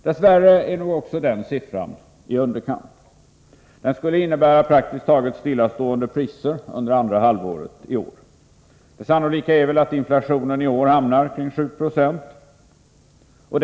Dess värre är nog också den siffran i underkant. Den skulle innebära praktiskt taget stillastående priser under andra halvåret i år. Det sannolika är väl att inflationen i år hamnar kring 7 96.